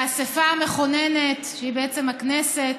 האספה המכוננת, שהיא בעצם הכנסת,